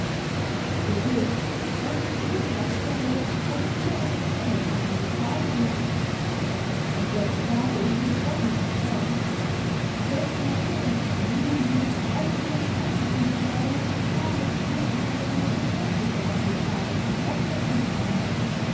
gewiß das ist eben das selbst das dir und mir mit seiner gefahr droht und jetzt sage ich mit doppeltem recht besser ihr unterliegen als ihren schatten zu scheuen und dadurch tödlicheren und wirklicheren gefahren zum opfer zu fallen